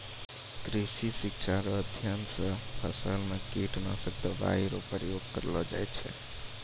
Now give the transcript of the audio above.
कृषि शिक्षा रो अध्ययन से फसल मे कीटनाशक दवाई रो प्रयोग करलो जाय छै